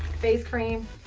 face cream,